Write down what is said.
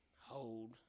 Hold